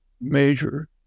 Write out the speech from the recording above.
major